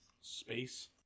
space